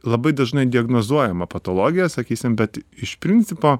labai dažnai diagnozuojama patologija sakysim bet iš principo